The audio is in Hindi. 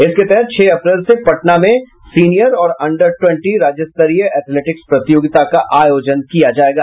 इसके तहत छह अप्रैल से पटना में सीनियर और अन्डर ट्वेंटी राज्यस्तरीय एथेलेटिक्स प्रतियोगिता आयोजित की जायेगी